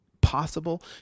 possible